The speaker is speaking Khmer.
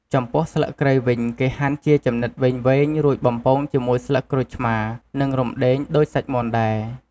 ចំពោះស្លឹកគ្រៃវិញគេហាន់ជាចំណិតវែងៗរួចបំពងជាមួយស្លឹកក្រូចសើច និងរំដេងដូចសាច់មាន់ដែរ។